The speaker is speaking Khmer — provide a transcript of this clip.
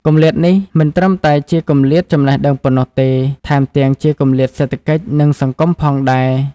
គម្លាតនេះមិនត្រឹមតែជាគម្លាតចំណេះដឹងប៉ុណ្ណោះទេ ថែមទាំងជាគម្លាតសេដ្ឋកិច្ច និងសង្គមផងដែរ។